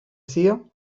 sia